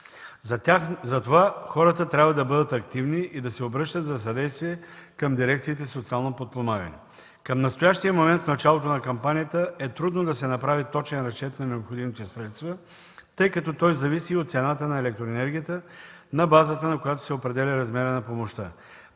Затова хората трябва да бъдат активни и да се обръщат за съдействие към дирекциите „Социално подпомагане”. Към настоящия момент, в началото на кампанията, е трудно да се направи точен разчет на необходимите средства, тъй като той зависи от цената на електроенергията на базата, на която се определя размерът на помощта.